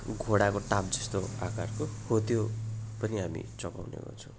घोडाको टाप जस्तो आकारको हो त्यो पनि हामी चबाउने गर्छौँ